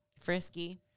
frisky